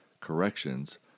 corrections